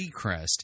Seacrest